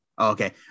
Okay